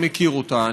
אני מכיר אותה,